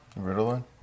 Ritalin